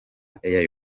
air